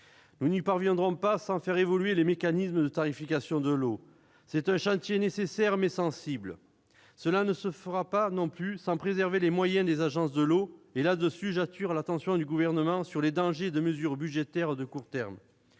Nous n'y parviendrons pas sans faire évoluer les mécanismes de tarification de l'eau. C'est un chantier nécessaire, mais sensible. Cela ne se fera pas non plus sans préserver les moyens des agences de l'eau et, à ce sujet, j'attire l'attention du Gouvernement sur les dangers des mesures budgétaires de court terme.